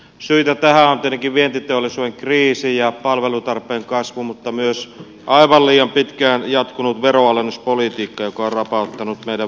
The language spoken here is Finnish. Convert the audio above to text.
syitä tähän ovat tietenkin vientiteollisuuden kriisi ja palvelutarpeen kasvu mutta myös aivan liian pitkään jatkunut veronalennuspolitiikka joka on rapauttanut meidän veropohjaamme